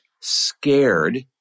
scared